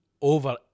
over